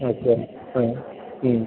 okay fine ಹ್ಞೂ